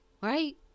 Right